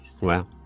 Wow